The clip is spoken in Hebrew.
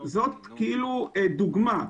זאת דוגמה.